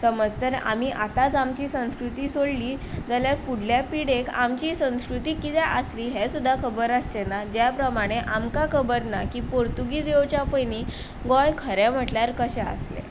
समज जर आमी आतांच आमची संस्कृती सोडली जाल्यार फुडल्या पिडेक आमची संस्कृती कितें आसली हेंच सुद्दां खबर आसचें ना ज्या प्रमाणें आमकां खबर ना की पोर्तुगीज येवच्या पयनीं गोंय खरें म्हटल्यार कशें आसलें